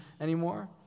anymore